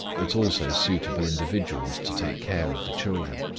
but also suitable individuals to take care of the children,